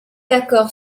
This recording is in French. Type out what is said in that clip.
d’accord